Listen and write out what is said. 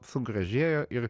sugražėjo ir